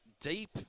deep